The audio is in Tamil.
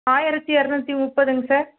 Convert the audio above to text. ஆயிரத்தி எரநூற்றி முப்பதுங்க சார்